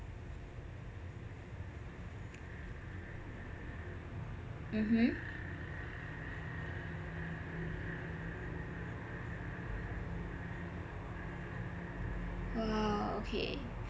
mmhmm ah okay